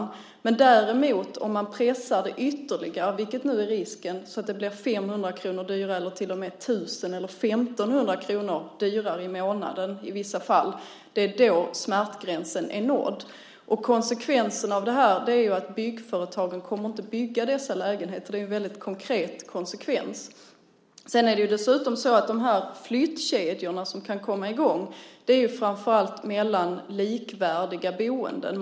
Nu är dock risken att man pressar det ytterligare så att det blir 500 kr, 1 000 kr eller i vissa fall kanske till och med 1 500 kr dyrare i månaden, och då är smärtgränsen nådd. Konsekvensen blir att byggföretagen inte kommer att bygga dessa lägenheter - det är en väldigt konkret konsekvens. Dessutom handlar ju dessa flyttkedjor som kan komma i gång framför allt om att man flyttar mellan likvärdiga boenden.